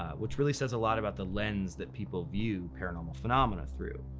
which really says a lot about the lens that people view paranormal phenomena through.